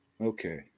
Okay